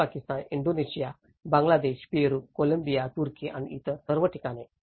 Bharat Pakistan Indonesia Bangladesh Peru Colombia तुर्की आणि इतर सर्व ठिकाणे